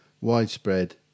widespread